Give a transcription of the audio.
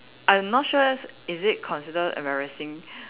I'm not sure is is it consider embarrassing